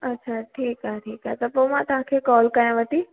अच्छा ठीकु आहे ठीकु आहे त पोइ मां तव्हांखे कॉल कयांव थी